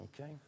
okay